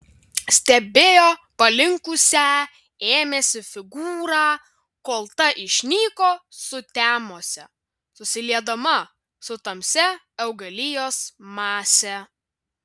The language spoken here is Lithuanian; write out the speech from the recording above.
stebėjo palinkusią ėmėsi figūrą kol ta išnyko sutemose susiliedama su tamsia augalijos mase